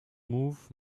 move